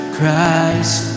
Christ